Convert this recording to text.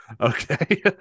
Okay